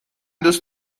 دوست